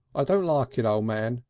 i don't like it, o' man,